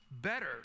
better